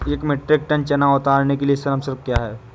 एक metric ton चना उतारने के लिए श्रम शुल्क क्या है?